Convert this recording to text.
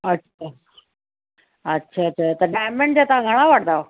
अच्छा अच्छा अच्छा त डायमंड जा तव्हां घणा वठंदा आहियो